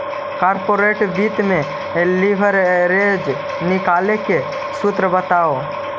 corporate वित्त में leverage निकाले के सूत्र बताओ